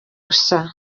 gusa